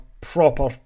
proper